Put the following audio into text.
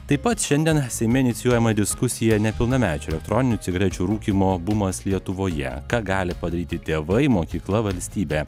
taip pat šiandien seime inicijuojama diskusija nepilnamečių elektroninių cigarečių rūkymo bumas lietuvoje ką gali padaryti tėvai mokykla valstybė